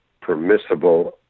permissible